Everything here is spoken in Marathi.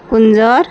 कुंजर